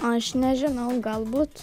aš nežinau galbūt